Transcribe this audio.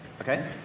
Okay